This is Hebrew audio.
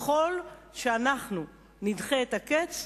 ככל שאנחנו נדחה את הקץ,